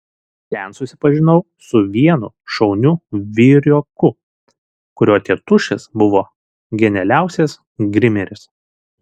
ten susipažinau su vienu šauniu vyrioku kurio tėtušis buvo genialiausias grimeris